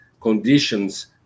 conditions